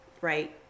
right